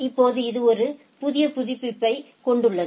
இப்போது இது ஒரு புதிய புதுப்பிப்பைக் கொண்டுள்ளது